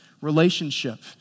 relationship